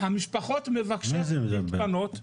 המשפחות מבקשות להתפנות.